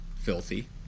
filthy